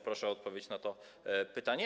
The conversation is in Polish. Proszę o odpowiedź na to pytanie.